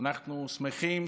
אנחנו שמחים.